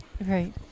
Right